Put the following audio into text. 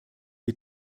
wir